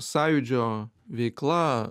sąjūdžio veikla